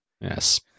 Yes